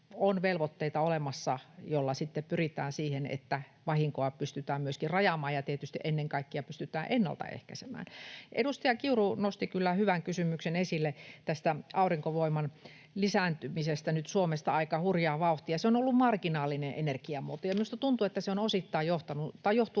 velvoitteita, joilla sitten pyritään siihen, että vahinkoa pystytään myöskin rajaamaan ja tietysti pystytään ennen kaikkea ennaltaehkäisemään. Edustaja Kiuru nosti kyllä hyvän kysymyksen esille aurinkovoiman lisääntymisestä nyt Suomessa aika hurjaa vauhtia. Se on ollut marginaalinen energiamuoto. Minusta tuntuu, että se johtuu osittain siitä,